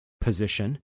position